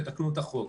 תתקנו את החוק.